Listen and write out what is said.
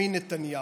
בנימין נתניהו.